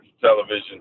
television